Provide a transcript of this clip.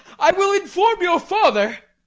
i will inform your father.